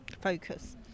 focus